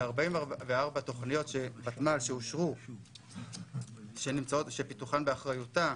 ב-44 תוכניות ותמ"ל שאושרו שפיתוחן באחריותה,